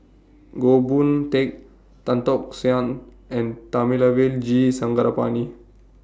Goh Boon Teck Tan Tock San and Thamizhavel G Sarangapani